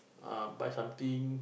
ah buy something